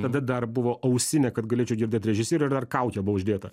tada dar buvo ausinė kad galėčiau girdėti režisierių ir dar kaukė buvo uždėta